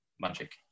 magic